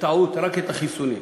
בטעות רק את החיסונים,